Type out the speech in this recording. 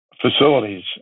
facilities